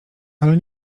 ale